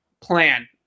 plan